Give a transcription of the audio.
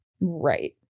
Right